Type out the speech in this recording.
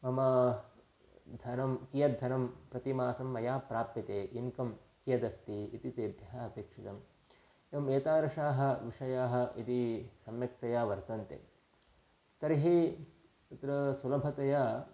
मम धनं कियत् धनं प्रतिमासं मया प्राप्यते इन्कम् कियदस्ति इति तेभ्यः अपेक्षितम् एवम् एतादृशाः विषयाः यदि सम्यक्तया वर्तन्ते तर्हि तत्र सुलभतया